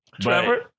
Trevor